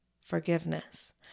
forgiveness